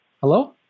Hello